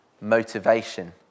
motivation